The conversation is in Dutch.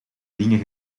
dingen